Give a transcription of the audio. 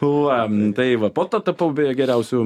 nu va tai va po to tapau beje geriausiu